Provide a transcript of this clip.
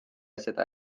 seda